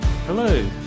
Hello